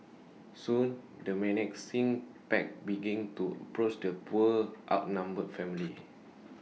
soon the menacing pack began to approach the poor outnumbered family